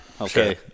Okay